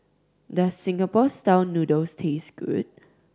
does Singapore Style Noodles taste good